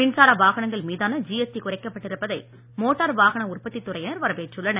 மின்சார வாகனங்கள் மீதான ஜிஎஸ்டி குறைக்கப்பட்டிருப்பதை மோட்டார் வாகன உற்பத்தி துறையினர் வரவேற்றுள்ளனர்